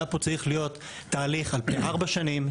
היה צריך להיות פה תהליך על פני ארבע שנים,